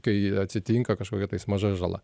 kai atsitinka kažkokia tais maža žala